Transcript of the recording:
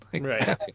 right